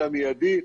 אלא מיידי,